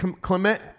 Clement